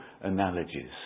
analogies